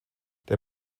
der